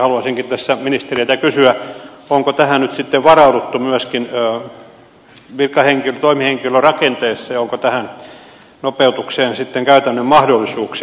haluaisinkin tässä ministereiltä kysyä onko tähän nyt sitten varauduttu myöskin toimihenkilörakenteessa ja onko tähän nopeutukseen sitten käytännön mahdollisuuksia